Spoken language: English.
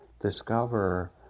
discover